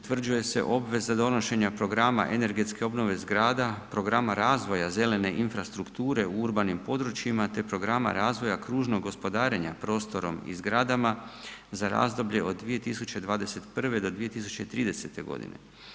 Utvrđuje se obveza donošenja programa energetske obnove zgrada, programa razvoja zelene infrastrukture u urbanim područjima te programa razvoja kružnog gospodarenja prostorom i zgradama za razdoblje od 2021. do 2030. godine.